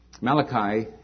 Malachi